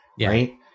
right